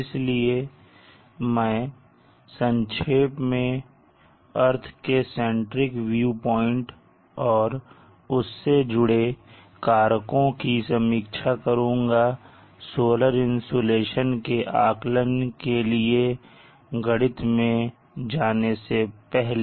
इसलिए मैं संक्षेप में अर्थ के सेंट्रिक व्यू प्वाइंट और उससे जुड़े कारकों की समीक्षा करुंगा सोलर इंसुलेशन के आकलन के लिए गणित में जाने से पहले